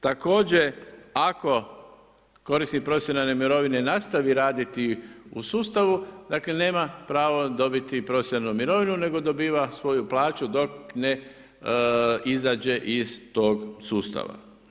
Također, ako korisnik profesionalne mirovine nastavi raditi u sustavu, dakle, nema pravo dobiti profesionalnu mirovinu, nego dobiva svoju plaću dok ne izađe iz tog sustava.